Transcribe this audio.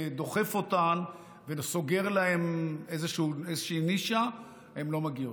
ודוחף אותן וסוגר להן איזושהי נישה, הן לא מגיעות.